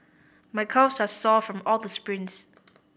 my calves are sore from all the sprints